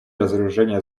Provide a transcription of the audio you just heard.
разоружения